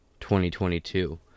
2022